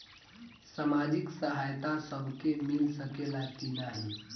सामाजिक सहायता सबके मिल सकेला की नाहीं?